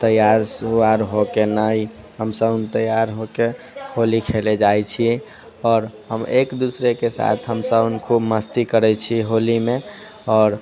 तैयार सुयार हो के ने हमसब तैयार हो के होली खेलै जाइ छियै आओर हम एक दोसराके साथ हमसुन खूब मस्ती करै छी होलीमे आओर